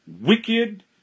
wicked